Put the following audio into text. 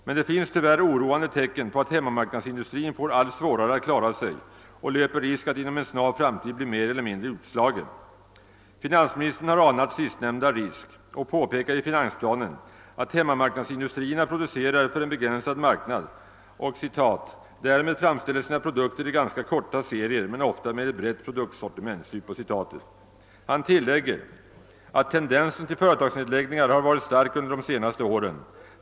Men det finns tyvärr oroande tecken på att hemmamarknadsindustrin får allt svårare att klara sig och löper risk att inom en snar framtid bli mer eller mindre utslagen. Finansministern har anat sistnämnda risk och påpekar i finansplanen att hemmamarknadsindustrierna producerar för en begränsad marknad och »därmed framställer sina produkter i ganska korta serier men ofta med ett brett produktsortiment«. Han tillägger att »tendensen till företagsnedläggningar har varit stark under de senaste åren.